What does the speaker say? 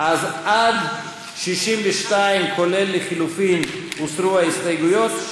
עד 62, כולל לחלופין, הוסרו ההסתייגויות.